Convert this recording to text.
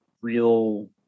real